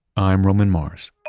i'm roman mars